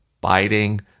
biting